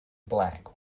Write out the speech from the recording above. black